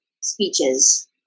speeches